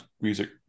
music